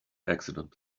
accident